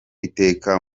iteka